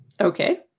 Okay